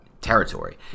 territory